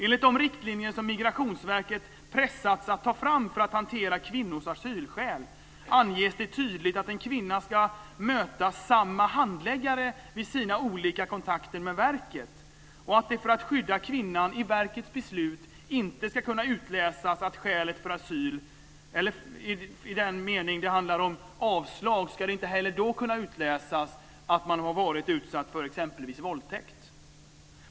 Enligt de riktlinjer som Migrationsverket pressats att ta fram för att hantera kvinnors asylskäl anges det tydligt att en kvinna ska möta samma handläggare vid sina olika kontakter med verket och att det, för att skydda kvinnan, i verkets beslut inte ska kunna utläsas att skälet för asyl, eller i den mening att det handlar om avslag, är att man har varit utsatt för exempelvis våldtäkt.